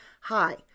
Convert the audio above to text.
hi